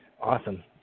Awesome